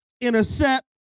intercept